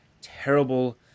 terrible